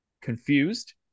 Confused